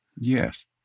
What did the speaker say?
Yes